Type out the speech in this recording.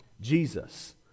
jesus